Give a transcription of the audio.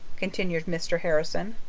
continued mr. harrison.